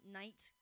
night